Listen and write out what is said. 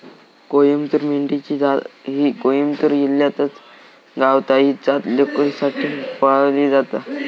कोईमतूर मेंढी ची जात ही कोईमतूर जिल्ह्यातच गावता, ही जात लोकरीसाठी पाळली जाता